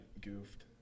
goofed